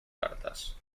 cartas